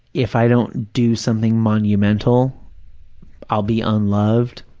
if i don't do something monumental i'll be unloved